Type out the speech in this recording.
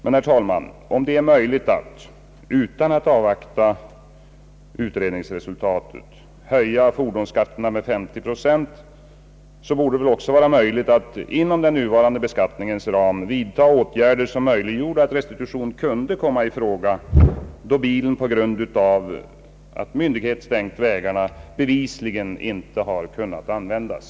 Men, herr talman, om det är möjligt att — utan att avvakta utredningsresultatet — höja fordonsskatten med 50 procent, borde det väl också vara möjligt att inom den nuvarande beskattningens ram vidta åtgärder som möjliggjorde att restitution kunde komma i fråga då bilen, på grund av att myndighet stängt vägarna, bevisligen inte har kunnat användas.